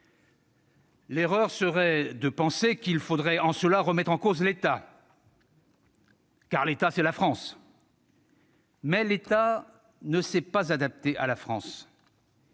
L'erreur serait de penser qu'il faudrait en cela remettre en cause l'État. Car l'État, c'est la France. Mais l'État ne s'est pas adapté à la France.